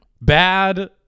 bad